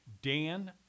Dan